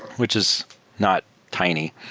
which is not tiny.